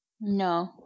No